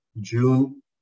June